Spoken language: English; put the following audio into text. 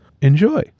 enjoy